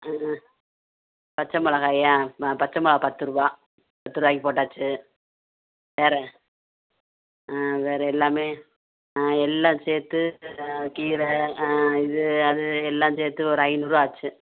ஆ பச்சை மிளகாயா ம பச்சை மிளகா பத்து ரூபா பத்து ரூபாய்க்கி போட்டாச்சு வேறு வேறு எல்லாமே ஆ எல்லாம் சேர்த்து கீரை இது அது எல்லாம் சேர்த்து ஒரு ஐந்நூறு ரூபா ஆச்சு